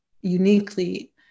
uniquely